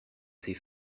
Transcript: ses